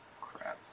crap